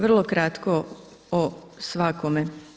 Vrlo kratko o svakome.